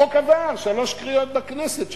החוק עבר שלוש קריאות בכנסת,